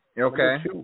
okay